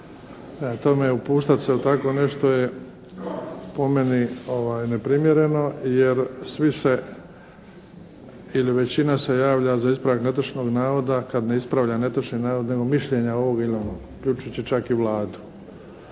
tome upuštat se u tako nešto je po meni neprimjereno jer svi se ili većina se javlja za ispravak netočnog navoda kad ne ispravlja netočan navod nego mišljenje ovoga ili onoga uključujući čak i Vladu.